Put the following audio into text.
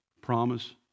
Promise